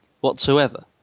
whatsoever